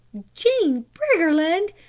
jean briggerland!